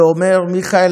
ואומר: מיכאל,